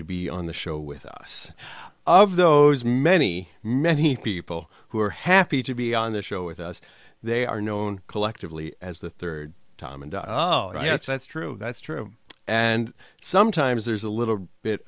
to be on the show with us of those many many people who are happy to be on the show with us they are known collectively as the third time and uh oh yes that's true that's true and sometimes there's a little bit